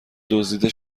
دزدیده